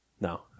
No